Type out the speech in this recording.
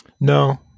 No